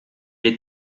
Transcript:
est